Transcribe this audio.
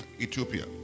Ethiopia